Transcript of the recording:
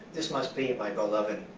this must be my beloved.